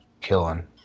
killing